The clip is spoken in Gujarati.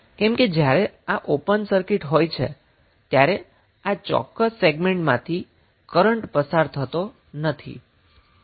કેમ કે જ્યારે આ ઓપન સર્કિટ હોય છે ત્યારે આ ચોક્કસ સેગમેન્ટમાંથી કરન્ટ પસાર થતો નથી